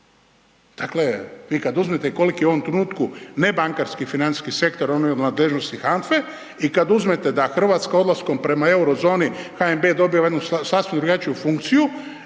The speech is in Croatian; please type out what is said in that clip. Dakle, vi kad uzmete koliki u ovom trenutku nebankarski financijski sektor, on je u nadležnosti HANFA-e i kad uzmete da Hrvatska odlaskom prema Eurozoni HNB je dobio jednu sasvim drugačiju funkciju